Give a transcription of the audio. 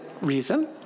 reason